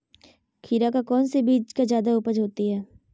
खीरा का कौन सी बीज का जयादा उपज होती है?